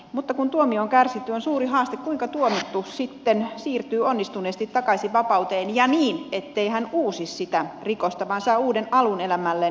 mutta kun tuomio on kärsitty on suuri haaste kuinka tuomittu sitten siirtyy onnistuneesti takaisin vapauteen ja niin ettei hän uusi sitä rikosta vaan saa uuden alun elämälleen